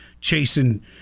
chasing